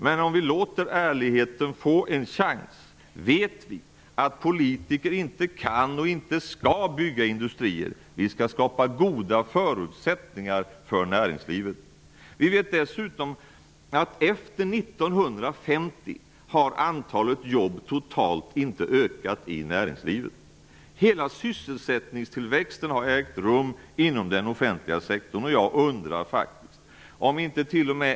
Men om vi låter ärligheten få en chans vet vi att politiker inte kan och inte skall bygga industrier. Vi skall skapa goda förutsättningar för näringslivet. Vi vet dessutom att efter 1950 har antalet jobb totalt inte ökat i näringslivet. Hela sysselsättningstillväxten har ägt rum inom den offentliga sektorn. Jag undrar faktiskt om inte t.o.m.